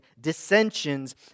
dissensions